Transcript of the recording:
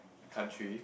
country